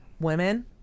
women